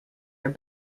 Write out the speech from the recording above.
are